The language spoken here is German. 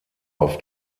auf